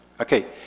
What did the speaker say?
okay